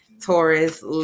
Taurus